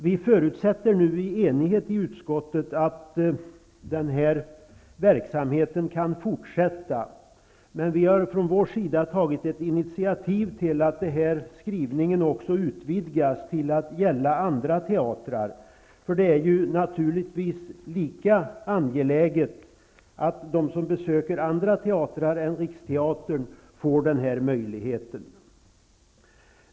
Vi förutsätter nu i enighet i utskottet att den här verksamheten kan fortsätta, men vi har också tagit ett initiativ till att skrivningen skall utvidgas till att gälla andra teatrar. Det är naturligtvis lika angeläget att de som besöker andra teatrar än Riksteatern, får den här möjligheten.